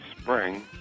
spring